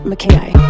McKay